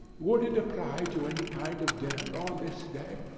would it apply to any kind of dinner on this day?